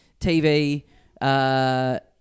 TV